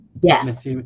Yes